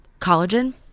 collagen